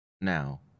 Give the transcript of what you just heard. now